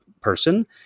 person